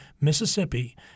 mississippi